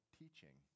teaching